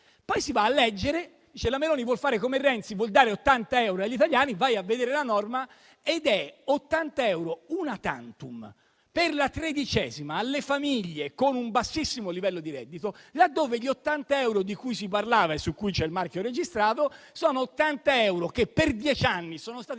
contenti. Si legge che la Meloni vuol fare come Renzi e vuol dare 80 euro agli italiani. Ma se si va a vedere la norma, si tratta di 80 euro *una tantum* per la tredicesima alle famiglie con un bassissimo livello di reddito, laddove gli 80 euro di cui si parlava e su cui c'è il marchio registrato sono 80 euro che per dieci anni sono stati